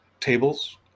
tables